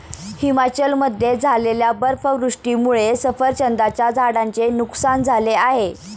हिमाचलमध्ये झालेल्या बर्फवृष्टीमुळे सफरचंदाच्या झाडांचे नुकसान झाले आहे